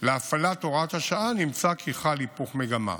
להפעלת הוראת השעה נמצא כי חל היפוך מגמה,